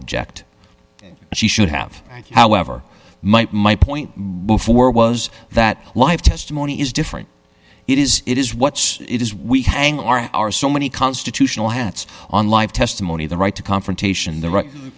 object she should have however might my point before was that live testimony is different it is it is what it is we hang our our so many constitutional hats on live testimony the right to confrontation the ri